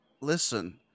Listen